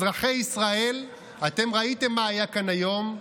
אזרחי ישראל, אתם ראיתם מה היה כאן היום.